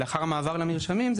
לאחר מעבר למרשמים,